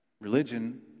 Religion